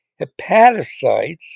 hepatocytes